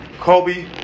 Kobe